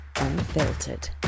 Unfiltered